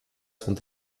sont